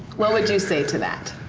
what would you say to that?